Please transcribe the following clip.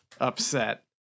upset